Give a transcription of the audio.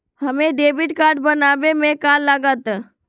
हमें debit card बनाने में का लागत?